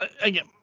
Again